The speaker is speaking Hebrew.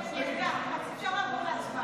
אפשר לעבור להצבעה.